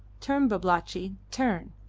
turn, babalatchi, turn,